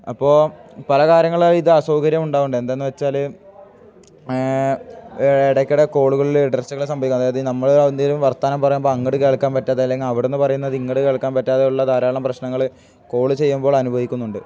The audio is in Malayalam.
അപ്പോൾ പല കാര്യങ്ങൾ ഇത് അസൗകര്യം ഉണ്ടാവുന്നുണ്ട് എന്താണെന്ന് വച്ചാൽ ഇടയ്ക്കിടെ കോളുകളിൽ ഇടർച്ചകൾ സംഭവിക്കും അതായത് നമ്മൾ എന്തെങ്കിലും വർത്തമാനം പറയുമ്പോൾ അങ്ങോട്ട് കേൾക്കാൻ പറ്റാതെ അല്ലെങ്കിൽ അവിടെ നിന്ന് പറയുന്നത് ഇങ്ങോട്ട് കേൾക്കാൻ പറ്റാതെയുള്ള ധാരാളം പ്രശ്നങ്ങൾ കോള് ചെയ്യുമ്പോൾ അനുഭവിക്കുന്നുണ്ട്